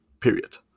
period